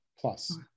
plus